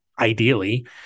ideally